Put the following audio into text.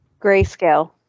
Grayscale